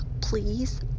please